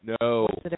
No